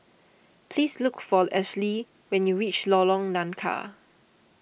please look for Ashlie when you reach Lorong Nangka